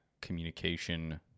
communication